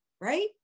right